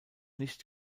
nicht